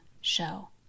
show